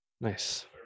nice